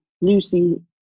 Lucy